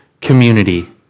community